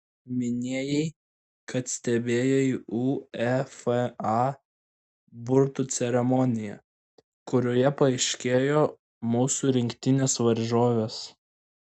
minėjai kad stebėjai uefa burtų ceremoniją kurioje paaiškėjo mūsų rinktinės varžovės